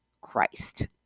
Christ